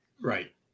Right